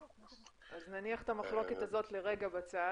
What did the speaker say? אז נניח את המחלוקת הזאת לרגע בצד.